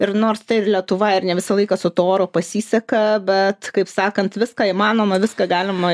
ir nors tai ir lietuva ir ne visą laiką su tuo oru pasiseka bet kaip sakant viską įmanoma viską galima